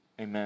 Amen